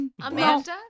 Amanda